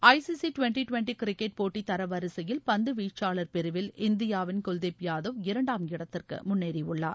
ICC twenty cricket போட்டி தரவரிசையில் பந்துவீச்சாளர் பிரிவில் இந்தியாவின் குல்தீப் யாதவ் இரண்டாம் இடத்திற்கு முன்னேறியுள்ளார்